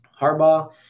Harbaugh